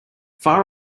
far